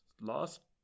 last